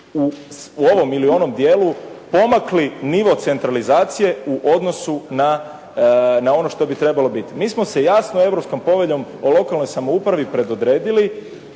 u ovom ili onom dijelu pomakli nivo centralizacije u odnosu na ono što bi trebalo biti. Mi smo se jasno Europskom poveljom o lokalnoj samoupravi predodredili